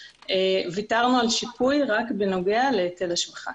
ויתרנו על השיפוי רק בנוגע להיטל השבחה.